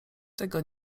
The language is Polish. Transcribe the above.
tego